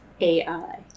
AI